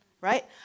right